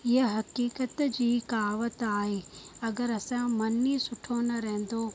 इहा हक़ीक़त जी कहावत आहे अगरि असांजो मनु ई सुठो न रहंदो